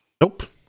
Nope